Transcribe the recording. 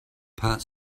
pat